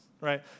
right